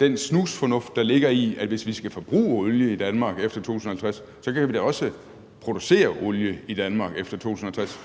den snusfornuft, der ligger i, at hvis vi skal forbruge olie i Danmark efter 2050, kan vi da også producere olie i Danmark efter 2050.